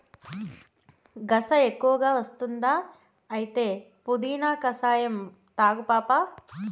గస ఎక్కువ వస్తుందా అయితే పుదీనా కషాయం తాగు పాపా